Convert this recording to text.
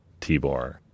Tibor